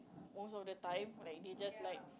most of the time like they just like